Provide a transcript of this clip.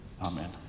Amen